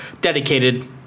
dedicated